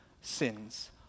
sins